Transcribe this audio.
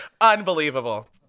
Unbelievable